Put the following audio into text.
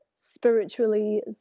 spiritually